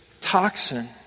toxin